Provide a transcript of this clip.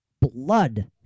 blood